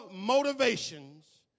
motivations